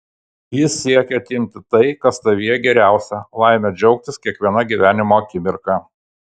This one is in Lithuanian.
jis siekia atimti tai kas tavyje geriausia laimę džiaugtis kiekviena gyvenimo akimirka